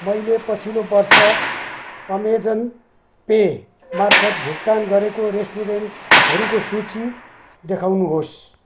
मैले पछिल्लो वर्ष अमेजन पेमार्फत भुक्तान गरेको रेस्ट्रुरेन्टहरूको सूची देखाउनुहोस्